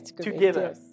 together